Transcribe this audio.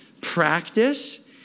practice